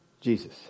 Jesus